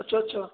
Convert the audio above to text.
ਅੱਛਾ ਅੱਛਾ